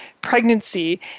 pregnancy